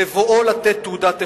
בבואו לתת תעודת הכשר,